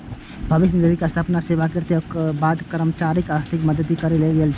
भविष्य निधिक स्थापना सेवानिवृत्तिक बाद कर्मचारीक आर्थिक मदति करै लेल गेल छै